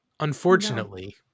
Unfortunately